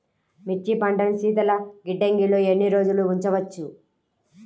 మిర్చి పంటను శీతల గిడ్డంగిలో ఎన్ని రోజులు ఉంచవచ్చు?